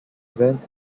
event